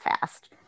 fast